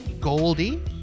Goldie